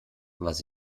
was